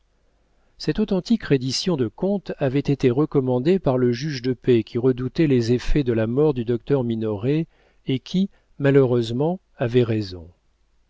cette authentique reddition de compte avait été recommandée par le juge de paix qui redoutait les effets de la mort du docteur minoret et qui malheureusement avait raison